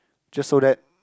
just so that